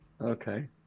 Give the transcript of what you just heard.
Okay